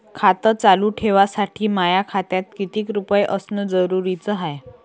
खातं चालू ठेवासाठी माया खात्यात कितीक रुपये असनं जरुरीच हाय?